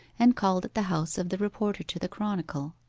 and called at the house of the reporter to the chronicle.